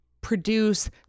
produce